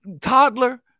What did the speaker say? toddler